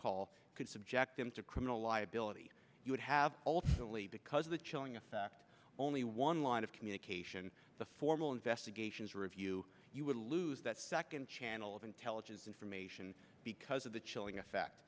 call could subject them to criminal liability you would have ultimately because of the chilling effect only one line of communication the formal investigations review you would lose that second channel of intelligence information because of the chilling effect